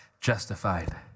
justified